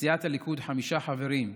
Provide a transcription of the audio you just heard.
לסיעת הליכוד חמישה חברים,